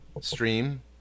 stream